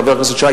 חבר הכנסת שי,